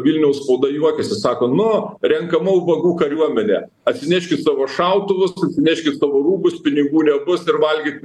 vilniaus spauda juokėsi sako nu renkama ubagų kariuomenė atsineškit savo šautuvus atsineškit savo rūbus pinigų nebus ir valgyt